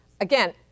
Again